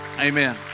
Amen